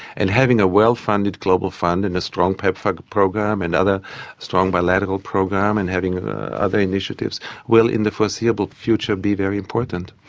and having a well funded global fund and a strong pepfar program and a strong bilateral program and having other initiatives will in the foreseeable future be very important.